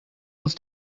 uns